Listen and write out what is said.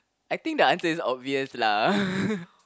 I think the answer is obvious lah